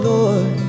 Lord